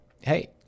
hey